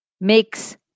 makes